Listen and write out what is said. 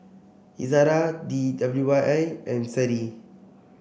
Izara D W Y I and Seri